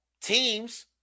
teams